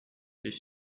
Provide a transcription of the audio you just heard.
les